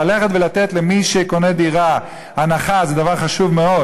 ללכת ולתת למי שקונה דירה הנחה זה דבר חשוב מאוד,